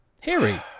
Harry